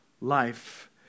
life